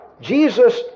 Jesus